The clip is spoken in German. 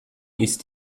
ist